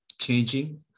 changing